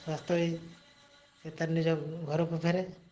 ସ୍ଵସ୍ଥ ହେଇ ସେ ତାର ନିଜ ଘରକୁ ଫେରେ